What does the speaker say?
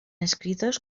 escritos